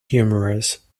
humorous